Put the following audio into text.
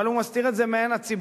אבל הוא מסתיר את זה מעין הציבור,